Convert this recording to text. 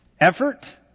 effort